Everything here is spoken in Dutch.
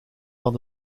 van